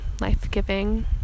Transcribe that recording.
life-giving